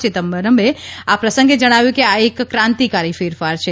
ચિદમ્બરમે આ પ્રસંગે જણાવ્યું કે આ એક ક્રાંતિકારી ફેરફાર છે